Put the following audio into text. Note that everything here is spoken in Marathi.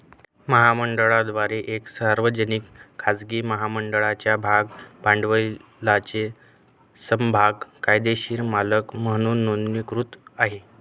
महामंडळाद्वारे एक सार्वजनिक, खाजगी महामंडळाच्या भाग भांडवलाचे समभाग कायदेशीर मालक म्हणून नोंदणीकृत आहे